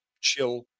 chill